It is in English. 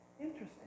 Interesting